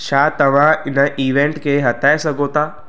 छा तव्हां हिन ईवेंट खे हटाए सघो था